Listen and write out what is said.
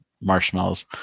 marshmallows